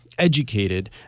educated